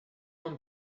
one